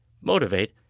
motivate